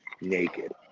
naked